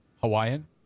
Hawaiian